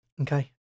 Okay